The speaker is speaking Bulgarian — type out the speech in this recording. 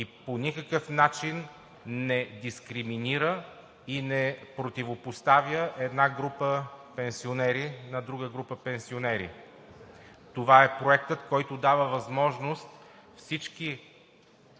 и по никакъв начин не дискриминира и не противопоставя една група пенсионери на друга група пенсионери. Това е Проектът, който дава възможност всички